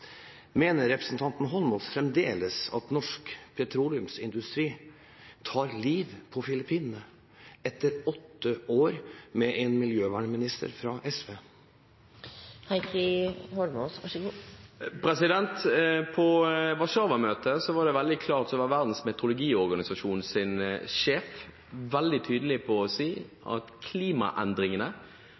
Mener representanten Eidsvoll Holmås fremdeles at norsk petroleumsindustri tar liv på Filippinene – etter åtte år med en miljøvernminister fra SV? På Warszawa-møtet var Verdens meteorologiorganisasjons sjef veldig tydelig da han sa at klimaendringene